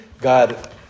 God